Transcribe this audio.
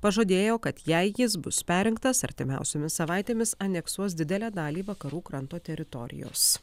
pažadėjo kad jei jis bus perrinktas artimiausiomis savaitėmis aneksuos didelę dalį vakarų kranto teritorijos